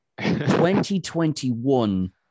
2021